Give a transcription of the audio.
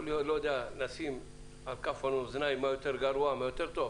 אני לא יודע לשים על כף המאזניים מה יותר גרוע ומה יותר טוב,